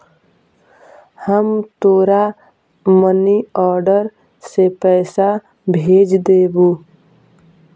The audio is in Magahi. हम तोरा मनी आर्डर से पइसा भेज देबो